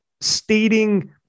stating